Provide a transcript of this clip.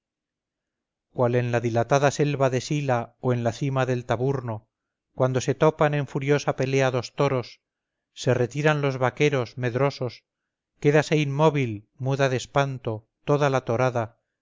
cual en la dilatada selva de sila o en la cima del taburno cuando se topan en furiosa pelea dos toros se retiran los vaqueros medrosos quédase inmóvil muda de espanto toda la torada